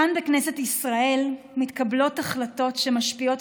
כאן בכנסת ישראל מתקבלות החלטות שמשפיעות